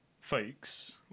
fakes